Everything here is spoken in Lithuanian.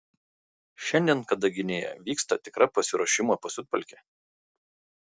šiandien kadaginėje vyksta tikra pasiruošimo pasiutpolkė